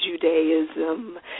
Judaism